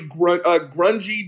grungy